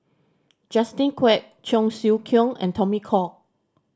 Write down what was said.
Justin Quek Cheong Siew Keong and Tommy Koh